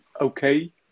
okay